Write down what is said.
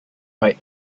right